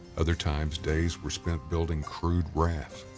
other times days were spent building crude rafts.